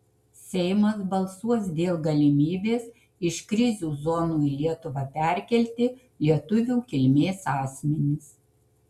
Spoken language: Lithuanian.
seimas balsuos dėl galimybės iš krizių zonų į lietuvą perkelti lietuvių kilmės asmenis